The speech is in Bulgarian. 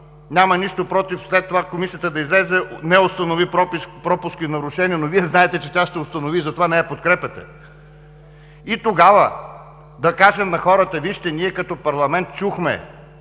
Нямам нищо против след това Комисията да излезе, ако не установи пропуски и нарушения, но Вие знаете, че тя ще установи и затова не я подкрепяте. И тогава, да кажем на хората: вижте, ние като парламент чухме,